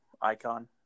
icon